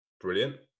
brilliant